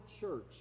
church